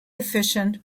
efficient